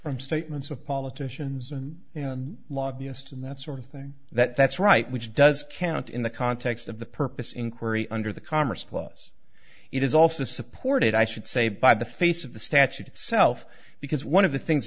from statements of politicians and lobbyist and that sort of thing that's right which does count in the context of the purpose inquiry under the commerce clause it is also supported i should say by the face of the statute itself because one of the things